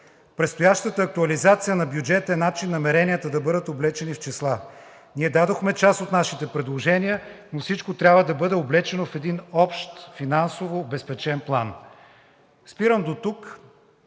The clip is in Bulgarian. Предстоящата актуализация на бюджета е начин намеренията да бъдат облечени в числа. Ние дадохме част от нашите предложения, но всичко трябва да бъде облечено в един общ финансово обезпечен план. Спирам дотук